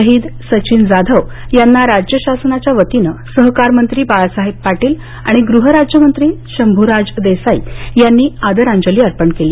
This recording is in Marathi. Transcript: शहीद सचिन जाधव यांना राज्य शासनाच्या वतीने सहकारमंत्री बाळासाहेब पाटील आणि गृहराज्यमंत्री शंभुराज देसाई यांनी आदरांजली अर्पण केली